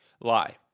Lie